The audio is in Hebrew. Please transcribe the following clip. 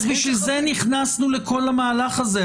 אז בשביל זה נכנסנו לכל המהלך הזה.